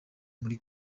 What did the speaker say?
muri